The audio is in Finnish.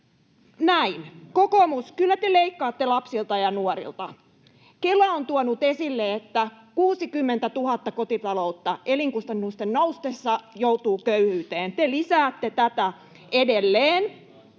näin. Kokoomus, kyllä te leikkaatte lapsilta ja nuorilta. Kela on tuonut esille, että 60 000 kotitaloutta elinkustannusten noustessa joutuu köyhyyteen. [Petteri